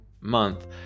month